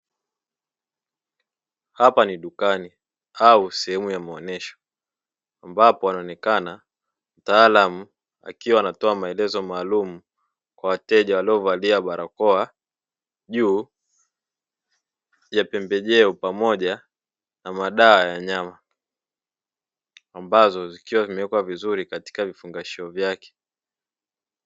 Hapa ni dukani au sehemu ya maonyesho, ambapo anaonekana mtaalamu akiwa anatoa maelezo maalumu kwa wateja walio valia barakoa juu ya pembejeo pamoja na madawa ya wanyama, ambazo zikiwa zimewekwa vizuri katika vifungashio vyake.